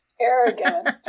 arrogant